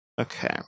Okay